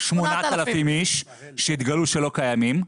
8,000 איש שהתגלו שלא קיימים.